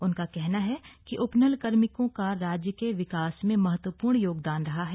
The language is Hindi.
उनका कहना है कि उपनल कार्मिकों का राज्य के विकास में महत्वपूर्ण योगदान रहा है